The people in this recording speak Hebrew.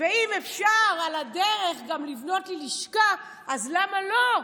ואם אפשר על הדרך גם לבנות לי לשכה, אז למה לא?